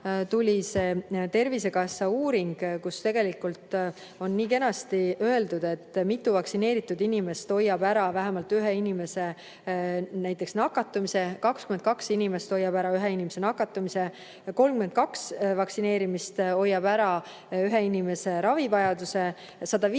aga on haigekassa uuring, kus on kenasti öeldud, mitu vaktsineeritud inimest hoiab ära vähemalt ühe inimese nakatumise. 22 inimest hoiab ära ühe inimese nakatumise, 32 vaktsineerimist hoiab ära ühe inimese ravivajaduse, 153